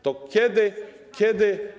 To kiedy, kiedy.